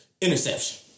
Interception